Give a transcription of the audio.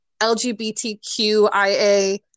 LGBTQIA